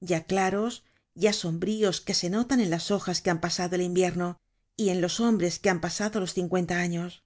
ya claros ya sombríos que se notan en las hojas que han pasado el invierno y en los hombres que han pasado los cincuenta años